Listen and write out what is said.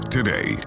Today